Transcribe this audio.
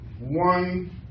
One